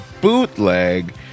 Bootleg